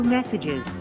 Messages